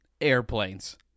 airplanes